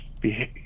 behave